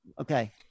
okay